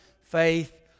Faith